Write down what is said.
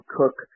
cook